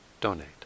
donate